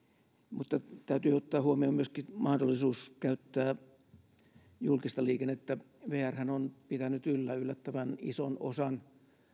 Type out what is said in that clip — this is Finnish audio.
mutta täytyy ottaa huomioon myöskin mahdollisuus käyttää julkista liikennettä vrhän on pitänyt yllä yllättävän ison osan esimerkiksi